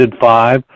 five